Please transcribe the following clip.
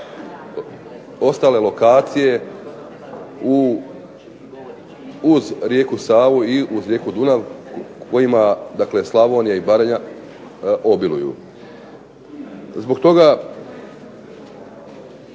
ostale lokacije uz rijeku Savu i uz rijeku Dunav kojima Slavonija i Baranja obiluju. Zbog toga